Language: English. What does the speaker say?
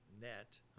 net